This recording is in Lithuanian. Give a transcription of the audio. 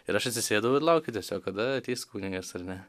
ir aš atsisėdau ir laukiu tiesiog kada ateis kunigas ar ne